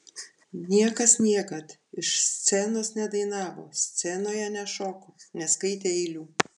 niekas niekad iš scenos nedainavo scenoje nešoko neskaitė eilių